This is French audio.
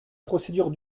procédure